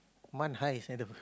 MAN high is